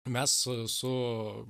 mes su